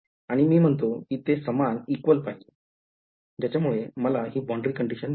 आणि मी म्हणतो कि ते सामान पाहिजे ज्याच्यामुले मला हि boundary condition मिळाली